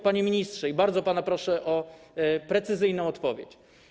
Panie ministrze, bardzo pana proszę o precyzyjną odpowiedź.